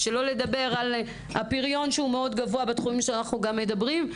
שלא לדבר על הפריון שהוא מאוד גבוה בתחומים שאנחנו גם מדברים,